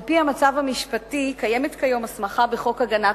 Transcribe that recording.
על-פי המצב המשפטי קיימת כיום הסמכה בחוק הגנת